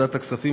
לוועדת הכספים,